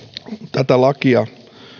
tätä lakia